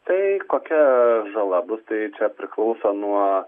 tai kokia žala bus tai čia priklauso nuo